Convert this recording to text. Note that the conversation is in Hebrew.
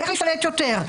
איך להשתלט יותר.